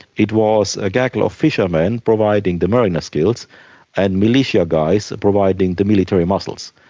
it was a gaggle of fishermen providing the mariner skills and militia guys providing the military muscles.